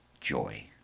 joy